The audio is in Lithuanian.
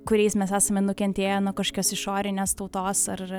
kuriais mes esame nukentėję nuo kažkokios išorinės tautos ar